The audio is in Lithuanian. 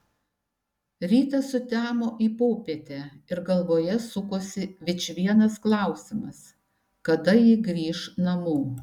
rytas sutemo į popietę ir galvoje sukosi vičvienas klausimas kada ji grįš namo